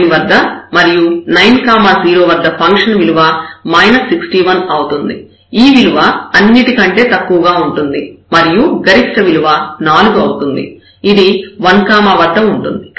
0 9 మరియు 9 0 వద్ద ఫంక్షన్ విలువ 61 అవుతుంది ఈ విలువ అన్నిటికంటే తక్కువగా ఉంటుంది మరియు గరిష్ట విలువ నాలుగు అవుతుంది ఇది 1 1 వద్ద ఉంటుంది